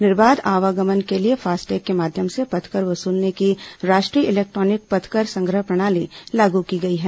निर्बाध आवागमन के लिए फास्टैग के माध्यम से पथकर वसूलने की राष्ट्रीय इलेक्ट्रॉनिक पथकर संग्रह प्रणाली लागू की गई है